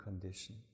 condition